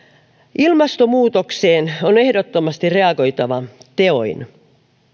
ilmastonmuutokseen on ehdottomasti reagoitava teoin